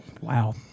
Wow